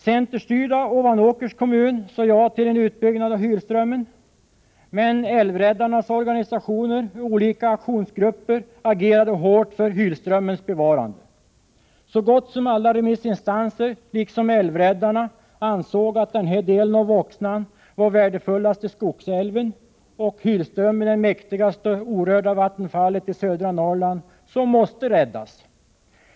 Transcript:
Centerstyrda Ovanåkers kommun sade ja till en utbyggnad av Hylströmmen. Men älvräddarnas organisationer och olika aktionsgrupper agerade hårt för Hylströmmens bevarande. Så gott som alla remissinstanser liksom älvräddarna ansåg att den här delen av Voxnan var den värdefullaste skogsälven och Hylströmmen det mäktigaste orörda vattenfallet i södra Norrland och måste räddas.